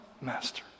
master